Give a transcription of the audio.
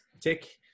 tick